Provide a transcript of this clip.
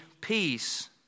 peace